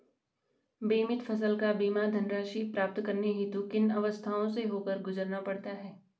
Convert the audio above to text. बीमित फसल का बीमा धनराशि प्राप्त करने हेतु किन किन अवस्थाओं से होकर गुजरना पड़ता है?